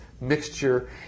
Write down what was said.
mixture